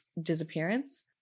disappearance